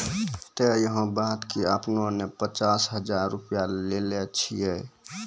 ते अहाँ बता की आपने ने पचास हजार रु लिए छिए?